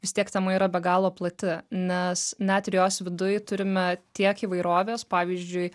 vis tiek tema yra be galo plati nes net ir jos viduj turime tiek įvairovės pavyzdžiui